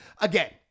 again